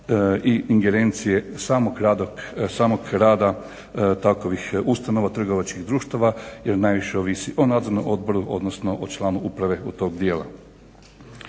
i ingerencije samog rada takvih ustanova, trgovačkih društava jer najviše ovisi o nadzornom odboru odnosno o članu uprave od tog dijela.